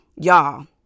Y'all